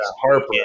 Harper